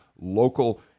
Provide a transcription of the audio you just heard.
local